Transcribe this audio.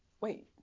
wait